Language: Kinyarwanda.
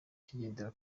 kigendera